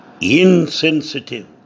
insensitive